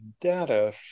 data